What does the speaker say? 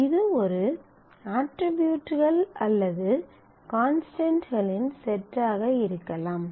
இது ஒரு அட்ரிபியூட்கள் அல்லது கான்ஸ்டன்ட்களின் செட் ஆக இருக்கலாம்